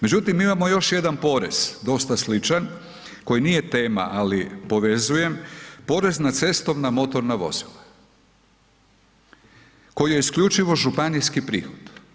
Međutim, mi imamo još jedan porez, dosta sličan koji nije tema ali povezujem, porez na cestovna motorna vozila koji je isključivo županijski prihod.